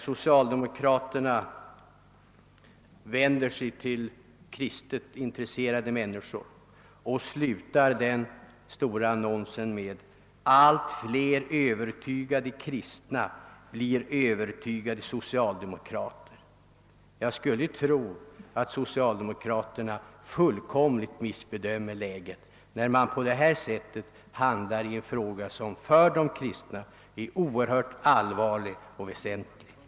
Socialdemokraterna vänder sig i denna annons till kristligt intresserade människor och slutar annon sen med: orden: »Allt fler övertygade kristna blir övertygade socialdemokrater.« Tror socialdemokraterna att de kristna kan finna förståelse för en sådan propaganda när man handlar på detta sätt i en väsenlig fråga?